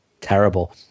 terrible